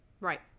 Right